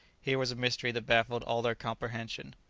here was a mystery that baffled all their comprehension.